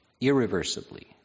irreversibly